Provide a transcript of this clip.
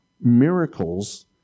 miracles